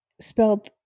spelled